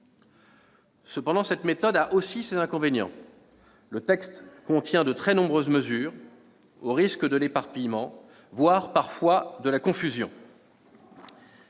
cependant aussi ses inconvénients : le texte contient de très nombreuses mesures, au risque de l'éparpillement, voire, parfois, de la confusion.